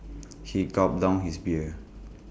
he gulped down his beer